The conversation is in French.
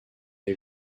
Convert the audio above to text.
est